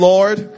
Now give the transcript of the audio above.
Lord